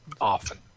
often